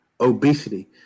obesity